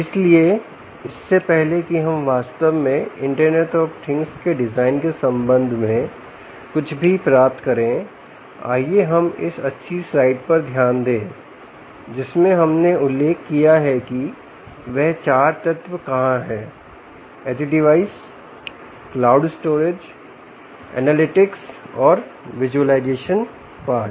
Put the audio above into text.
इसलिए इससे पहले कि हम वास्तव में इंटरनेट ऑफ थिंग्स के डिजाइन के संबंध में कुछ भी प्राप्त करें आइए हम इस अच्छी स्लाइड पर ध्यान दें जिसमें हमने उल्लेख किया है कि वह चार तत्व कहां हैं एज डिवाइसक्लाउड स्टोरेजएनालिटिक्सऔर विज़ुअलाइज़ेशन पार्ट